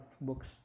books